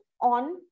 on